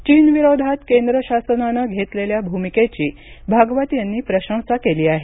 चीनविरोधात केंद्र शासनानं घेतलेल्या भूमिकेची भागवत यांनी प्रशंसा केली आहे